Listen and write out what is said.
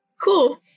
Cool